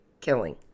killing